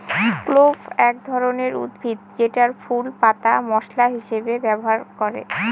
clove এক ধরনের উদ্ভিদ যেটার ফুল, পাতা মশলা হিসেবে ব্যবহার করে